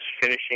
finishing